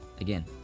Again